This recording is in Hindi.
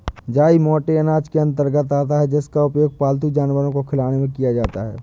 जई मोटे अनाज के अंतर्गत आता है जिसका उपयोग पालतू जानवर को खिलाने में किया जाता है